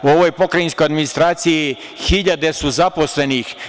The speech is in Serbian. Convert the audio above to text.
U ovoj pokrajinskoj administraciji hiljade su zaposlenih.